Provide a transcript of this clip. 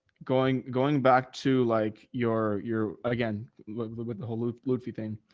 going going back to like your, your, again with the with the whole luffie luffie thing,